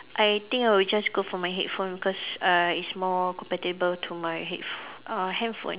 I think I will just go for my headphone because uh it's more compatible to my headph~ uh handphone